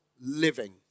living